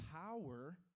power